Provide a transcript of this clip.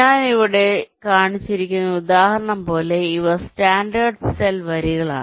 ഞാൻ ഇവിടെ കാണിച്ചിരിക്കുന്ന ഒരു ഉദാഹരണം പോലെ ഇവ സ്റ്റാൻഡേർഡ് സെൽ വരികളാണ്